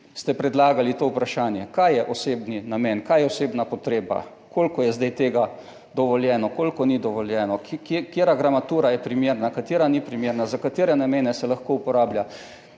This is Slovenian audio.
ste predlagali to vprašanje: kaj je osebni namen, kaj je osebna potreba, koliko je zdaj tega dovoljeno, koliko ni dovoljeno, katera gramatura je primerna, katera ni primerna, za katere namene se lahko uporablja?